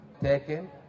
taken